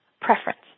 preference